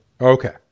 Okay